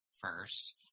first